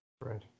Right